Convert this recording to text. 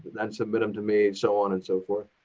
then submit them to me, so on and so forth.